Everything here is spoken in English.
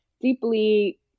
deeply